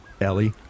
Ellie